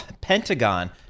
Pentagon